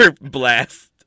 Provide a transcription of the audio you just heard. blast